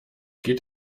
geht